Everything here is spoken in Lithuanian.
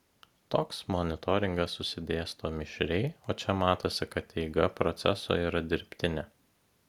toks monitoringas susidėsto mišriai o čia matosi kad eiga proceso yra dirbtinė